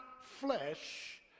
flesh